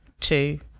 Two